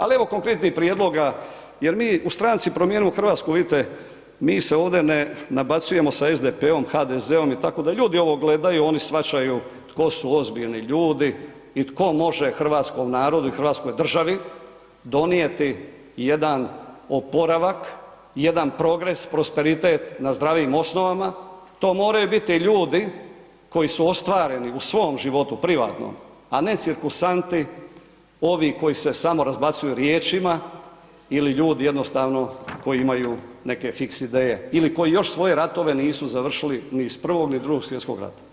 Ali evo konkretnih prijedloga jer mi u Stranci promijenimo Hrvatsku, vidite, mi se ovdje ne nabacujemo sa SDP-om, HDZ-om i tako da ljudi ovo gledaju, oni shvaćaju tko su ozbiljni ljudi i tko može hrvatskom narodu i hrvatskoj državi donijeti jedan oporavak, jedan progres, prosperitet na zdravim osnovama, to moraju biti ljudi koji su ostvareni u svom životu privatnom, a ne cirkusanti, ovi koji se samo razbacuju riječima ili ljudi jednostavno koji imaju neke fiks ideje ili koji još svoje ratove nisu završili ni iz Prvog i Drugog svjetskog rata.